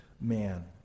man